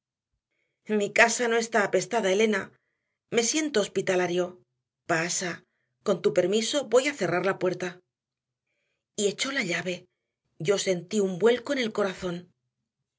diciéndome mi casa no está apestada elena me siento hospitalario pasa con tu permiso voy a cerrar la puerta y echó la llave yo sentí un vuelco en el corazón